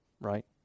right